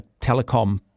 telecom